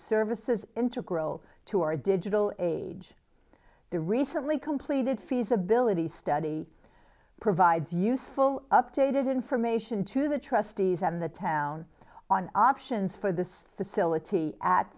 service is integral to our digital age the recently completed feasibility study provides useful updated information to the trustees and the town on options for the facility at